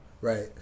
Right